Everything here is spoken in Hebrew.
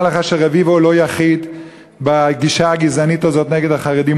תדע לך שרביבו הוא לא יחיד בגישה הגזענית הזאת נגד החרדים.